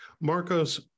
Marcos